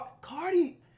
Cardi